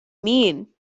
mean